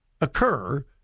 occur